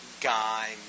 guy